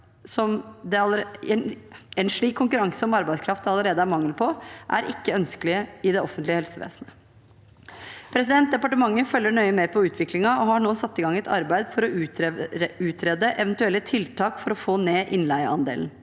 En slik konkurranse om arbeidskraft det allerede er mangel på, er ikke ønskelig i det offentlige helsevesenet. Departementet følger nøye med på utviklingen og har nå satt i gang et arbeid for å utrede eventuelle tiltak for å få ned innleieandelen.